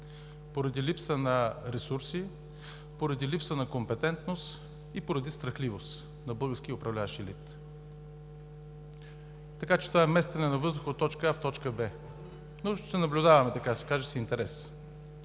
поради липса на ресурси, поради липса на компетентност и поради страхливост на българския управляващ елит. Така че това е местене на въздуха от точка А в точка Б, но ще наблюдаваме, така да се каже, с интерес.